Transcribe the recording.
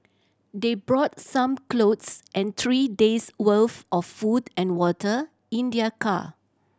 they brought some clothes and three days' worth of food and water in their car